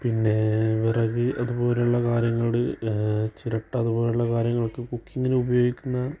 പിന്നേ വിറക് അതുപോലുള്ള കാര്യങ്ങള് ചിരട്ട അതു പോലുള്ള കാര്യങ്ങളൊക്കെ കുക്കിങ്ങിന് ഉപയോഗിക്കുന്ന